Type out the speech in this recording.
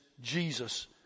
Jesus